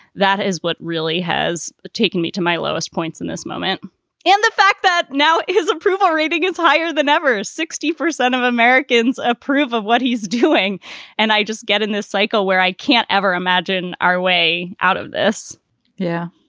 that is what really has taken me to my lowest points in this moment and the fact that now his approval rating is higher than ever, sixty percent of americans approve of what he's doing and i just get in this cycle where i can't ever imagine our way out of this yeah,